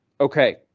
Okay